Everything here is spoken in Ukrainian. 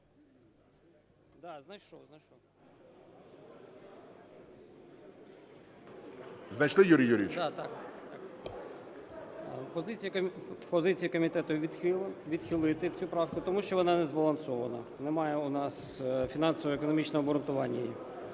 Позиція комітету – відхилити цю правку, тому що вона не збалансована, немає у нас фінансово-економічного обґрунтування її.